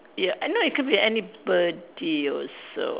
ya uh no it could be anybody also